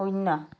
শূন্য